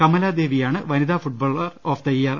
കമലാദേവി യാണ് വനിതാ footballer of the year